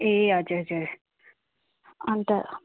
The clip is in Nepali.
ए हजुर हजुर अन्त